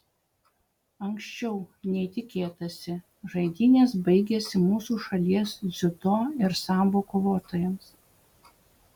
anksčiau nei tikėtasi žaidynės baigėsi mūsų šalies dziudo ir sambo kovotojams